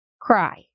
cry